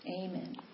Amen